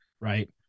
right